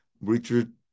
Richard